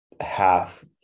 half